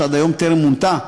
שעד היום טרם מונתה,